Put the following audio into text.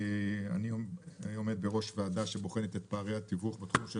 אני עומד בראש ועדה שבוחנת את פערי התיווך בתחום של